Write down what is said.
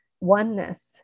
oneness